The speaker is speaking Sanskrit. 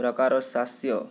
प्रकारस्यास्य